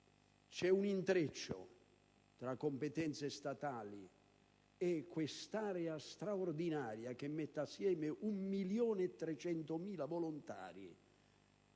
è un intreccio tra competenze statali e quest'area straordinaria che mette assieme 1.300.000 volontari